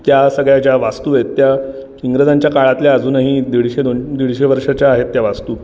त्या सगळ्या ज्या वास्तू आहेत त्या इंग्रजांच्या काळातल्या अजूनही दीडशे दोन दीडशे वर्षाच्या आहेत त्या वास्तू